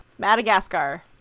madagascar